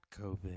COVID